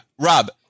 Rob